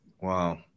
Wow